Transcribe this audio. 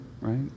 right